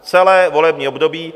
Celé volební období!